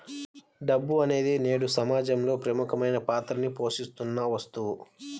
డబ్బు అనేది నేడు సమాజంలో ప్రముఖమైన పాత్రని పోషిత్తున్న వస్తువు